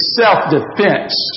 self-defense